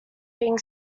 being